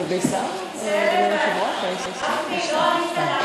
אדוני היושב-ראש,